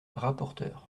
rapporteur